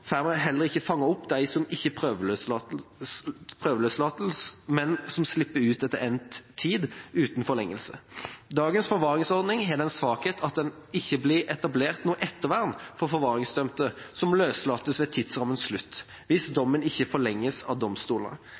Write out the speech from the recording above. får man heller ikke fanget opp dem som ikke prøveløslates, men som slipper ut etter endt tid uten forlengelse. Dagens forvaringsordning har den svakheten at det ikke blir etablert noe ettervern for forvaringsdømte som løslates ved tidsrammens slutt, hvis dommen ikke forlenges av domstolene.